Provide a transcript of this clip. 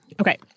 Okay